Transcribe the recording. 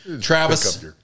Travis